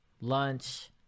lunch